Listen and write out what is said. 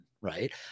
right